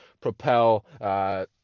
propel